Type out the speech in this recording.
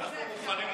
אנחנו מוכנים לזה.